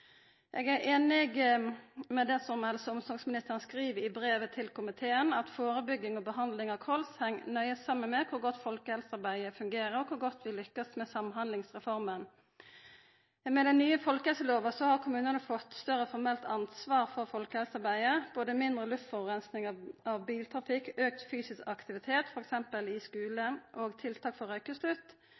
Eg er einig i det som helse- og omsorgsministeren skriv i brevet til komiteen, at førebygging og behandling av kols heng nøye saman med kor godt folkehelsearbeidet fungerer, og kor godt vi lykkast med Samhandlingsreforma. Med den nye folkehelselova har kommunane fått større formelt ansvar for folkehelsearbeidet. Både mindre luftforureining frå biltrafikk, auka fysisk aktivitet t.d. i skulen, tiltak for